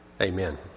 Amen